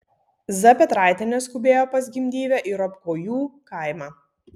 z petraitienė skubėjo pas gimdyvę į ropkojų kaimą